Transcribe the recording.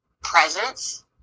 presence